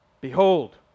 Behold